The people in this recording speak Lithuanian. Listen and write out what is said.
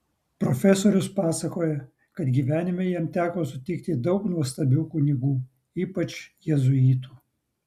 profesorius pasakoja kad gyvenime jam teko sutikti daug nuostabių kunigų ypač jėzuitų